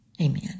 Amen